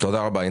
תודה רבה.